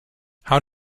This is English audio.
how